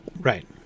right